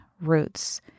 roots